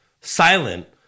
silent